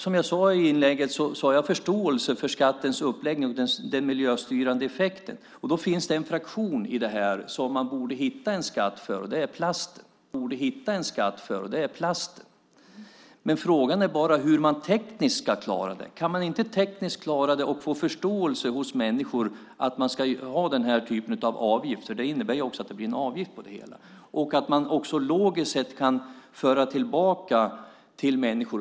Som jag sade i mitt inlägg har jag förståelse för skattens uppläggning och den miljöstyrande effekten. Det finns en fraktion i detta som man borde hitta en skatt för, och det är plasten. Frågan är bara hur man tekniskt ska klara det. Man måste tekniskt klara det och få förståelse för en sådan avgift hos människor, för det blir ju en avgift, och även logiskt föra tillbaka något till människor.